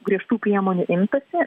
griežtų priemonių imtasi